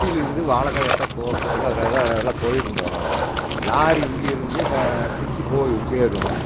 திருச்சிலேர்ந்து வாழைக்கா வெட்ட போ போ எல்லா எல்லா எல்லா போயிருந்தோம் லாரி இங்கேருந்து திருச்சி போயி சேரும்